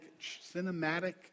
cinematic